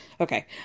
Okay